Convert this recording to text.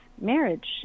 marriage